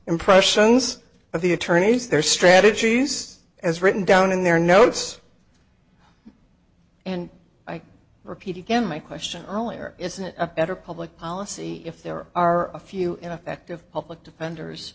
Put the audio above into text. impressions of the attorneys their strategies as written down in their notes and i repeat again my question earlier is a better public policy if there are a few ineffective public defenders